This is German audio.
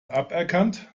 aberkannt